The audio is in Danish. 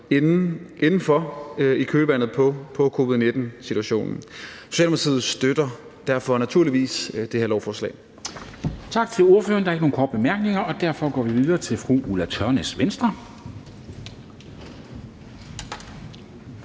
inden for i kølvandet på covid-19-situationen. Socialdemokratiet støtter derfor naturligvis det her lovforslag.